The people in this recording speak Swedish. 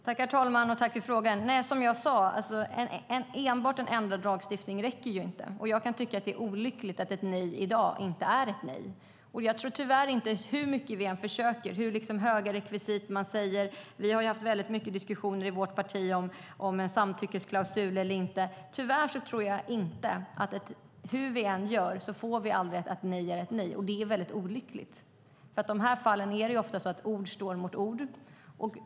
Herr talman! Jag tackar för frågan. Som jag sade räcker det inte med enbart en ändrad lagstiftning. Jag kan tycka att det är olyckligt att ett nej inte är ett nej i dag. Hur mycket vi än försöker, hur vi än gör och hur höga rekvisit man än säger att det ska vara - vi har haft många diskussioner i vårt parti om huruvida det ska finnas en samtyckesklausul eller inte - tror jag tyvärr inte att vi får ett läge där ett nej är ett nej. Det är olyckligt. I dessa fall står ofta ord mot ord.